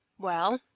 well,